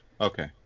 okay